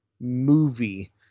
movie